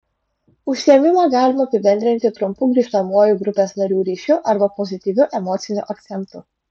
užsiėmimą galima apibendrinti trumpu grįžtamuoju grupės narių ryšiu arba pozityviu emociniu akcentu